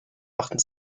machten